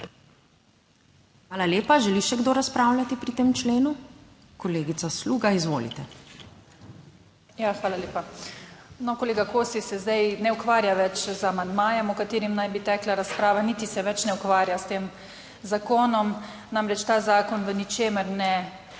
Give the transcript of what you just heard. Hvala lepa. Želi še kdo razpravljati pri tem členu? Kolegica Sluga, izvolite. **JANJA SLUGA (PS Svoboda):** Hvala lepa. Kolega Kosi se zdaj ne ukvarja več z amandmajem, o katerem naj bi tekla razprava, niti se več ne ukvarja s tem zakonom. Namreč, ta zakon v ničemer ne spreminja